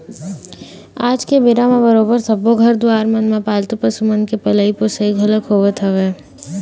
आज के बेरा म बरोबर सब्बो घर दुवार मन म पालतू पशु मन के पलई पोसई घलोक होवत हवय